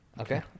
Okay